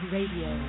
Radio